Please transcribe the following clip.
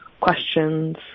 questions